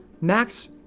Max